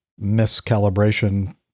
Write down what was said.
miscalibration